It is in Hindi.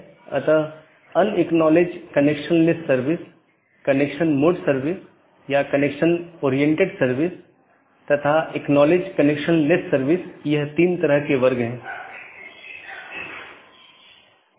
इसलिए आप देखते हैं कि एक BGP राउटर या सहकर्मी डिवाइस के साथ कनेक्शन होता है यह अधिसूचित किया जाता है और फिर कनेक्शन बंद कर दिया जाता है और अंत में सभी संसाधन छोड़ दिए जाते हैं